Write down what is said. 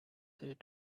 said